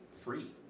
free